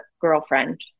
girlfriend